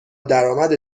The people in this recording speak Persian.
درآمد